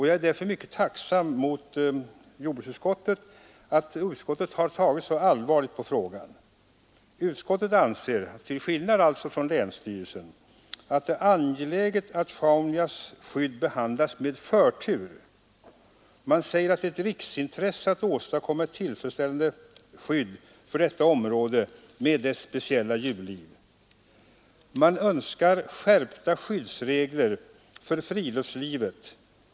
Jag är därför mycket tacksam mot jordbruksutskottet, som har tagit så allvarligt på frågan. Utskottet anser till skillnad från länsstyrelsen att det är angeläget att skyddet av Sjaunjaområdet behandlas med förtur. Det måste vara ett riksintresse att åstadkomma ett tillfredsställande skydd för detta område med dess speciella djurliv. Utskottet önskar skärpta skyddsregler för friluftslivet.